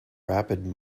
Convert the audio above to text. rapid